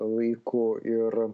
laiku ir